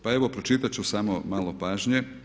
Pa evo pročitat ću samo malo pažnje.